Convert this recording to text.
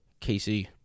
KC